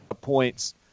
points